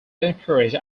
encourage